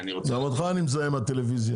גם אותך אני מזהה מהטלוויזיה.